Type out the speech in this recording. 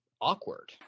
awkward